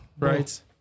Right